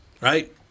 right